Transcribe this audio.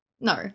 No